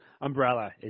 umbrella